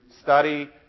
study